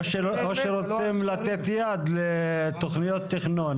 או שרוצים לתת יד לתכניות תכנון.